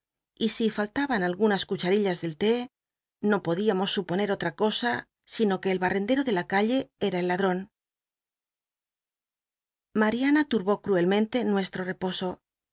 y si fallaban algunas cucharillas del té no podíamos suponer otra cosa sino que el barrendero de la calle era el ladron lla iana turbó cruelmente nuestro reposo